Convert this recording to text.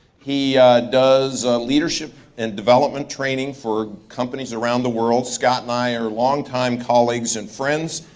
he does leadership and development training for companies around the world. scott and i are long time colleagues and friends.